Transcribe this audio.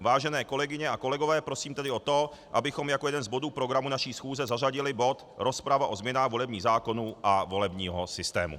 Vážené kolegyně a kolegové, prosím tedy o to, abychom jako jeden z bodů programu naší schůze zařadili bod Rozprava o změnách volebních zákonů a volebního systému.